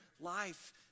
life